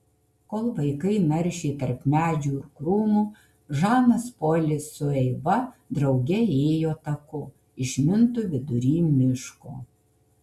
kol vaikai naršė tarp medžių ir krūmų žanas polis su eiva drauge ėjo taku išmintu vidury miško